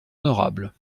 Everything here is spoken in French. honorable